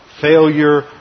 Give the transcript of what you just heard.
failure